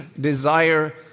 desire